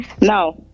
Now